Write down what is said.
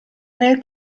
nel